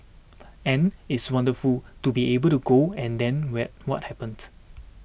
and it's wonderful to be able to go and then wet what happened